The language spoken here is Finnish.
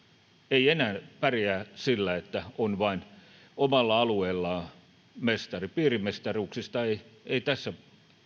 ei enää pärjää sillä että on vain omalla alueellaan mestari piirimestaruuksista ei ei tässä